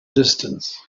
distance